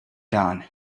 done